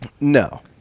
No